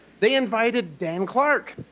they invited dan clark,